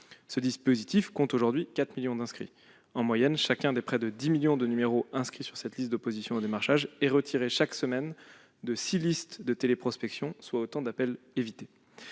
Ce dispositif compte aujourd'hui 4 millions d'inscrits. En moyenne, chacun des près de 10 millions de numéros inscrits sur cette liste d'opposition au démarchage est retiré chaque semaine de six listes de téléprospection, soit autant d'appels évités.